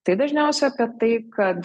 tai dažniausia apie tai kad